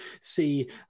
See